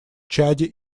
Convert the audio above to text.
чаде